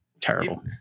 Terrible